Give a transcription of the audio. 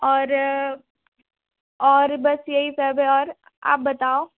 और और बस यही सब है और आप बताओ